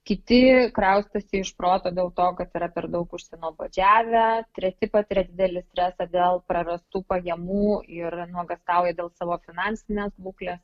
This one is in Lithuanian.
kiti kraustosi iš proto dėl to kad yra per daug nuobodžiavę treti patiria didelį stresą dėl prarastų pajamų ir nuogąstauja dėl savo finansinės būklės